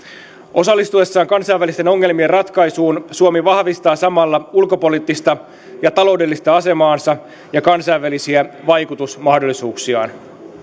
osallistuessaan kansainvälisten ongelmien ratkaisuun suomi vahvistaa samalla ulkopoliittista ja taloudellista asemaansa ja kansainvälisiä vaikutusmahdollisuuksiaan